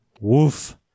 Woof